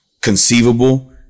conceivable